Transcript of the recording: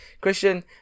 christian